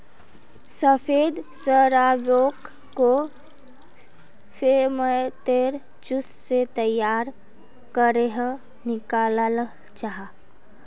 सफ़ेद शराबोक को फेर्मेंतेद जूस से तैयार करेह निक्लाल जाहा